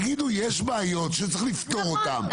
תגידו שיש בעיות שצריך לפתור אותם,